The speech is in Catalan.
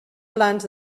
plans